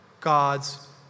God's